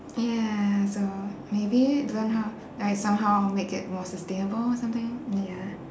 ya so maybe learn how like somehow make it more sustainable or something ya